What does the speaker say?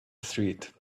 street